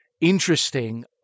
interesting